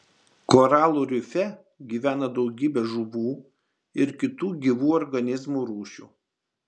koralų rife gyvena daugybė žuvų ir kitų gyvų organizmų rūšių